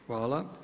Hvala.